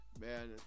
Man